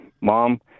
mom